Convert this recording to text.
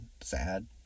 sad